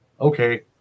okay